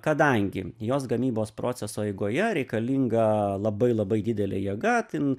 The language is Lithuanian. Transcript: kadangi jos gamybos proceso eigoje reikalinga labai labai didelė jėga ten